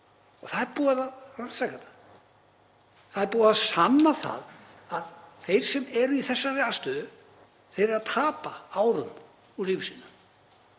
Það er búið að rannsaka þetta. Það er búið að sanna að þeir sem eru í þessari aðstöðu eru að tapa árum úr lífi sínu.